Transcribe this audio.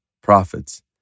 prophets